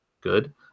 good